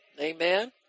Amen